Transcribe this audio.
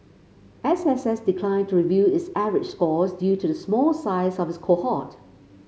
S S S declined to reveal its average scores due to the small size of its cohort